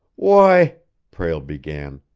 why prale began.